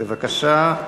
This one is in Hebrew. בבקשה.